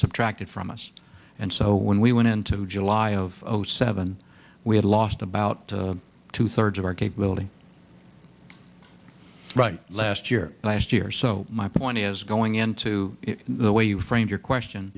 subtracted from us and so when we went into july of zero seven we had lost about two thirds of our capability right last year last year so my point is going into the way you framed your